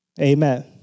Amen